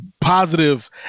Positive